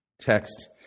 text